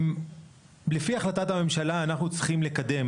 לפי החלטת הממשלה אנחנו צריכים לקדם